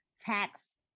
tax